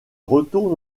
retourne